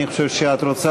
אני חושב שאת רוצה,